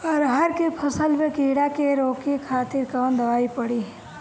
अरहर के फसल में कीड़ा के रोके खातिर कौन दवाई पड़ी?